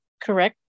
correct